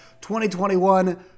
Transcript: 2021